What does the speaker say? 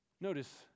Notice